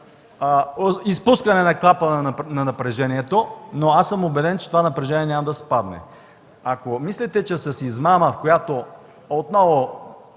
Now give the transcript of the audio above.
изпускане на клапана на напрежението, но аз съм убеден, че това напрежение няма да спадне. Ако мислите, че с измама отново